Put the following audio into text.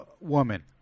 woman